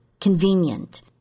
convenient